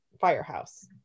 firehouse